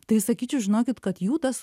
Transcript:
tai sakyčiau žinokit kad jų tas